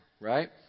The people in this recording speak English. right